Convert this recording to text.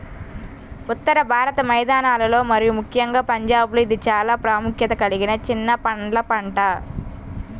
ఉత్తర భారత మైదానాలలో మరియు ముఖ్యంగా పంజాబ్లో ఇది చాలా ప్రాముఖ్యత కలిగిన చిన్న పండ్ల పంట